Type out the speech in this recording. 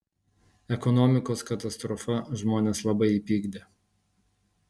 ekonomikos katastrofa žmones labai įpykdė